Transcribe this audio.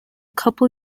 couple